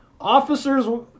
officers